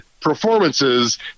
performances